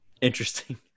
Interesting